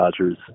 Dodgers